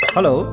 Hello